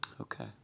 Okay